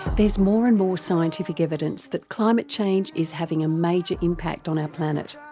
there's more and more scientific evidence that climate change is having a major impact on our planet.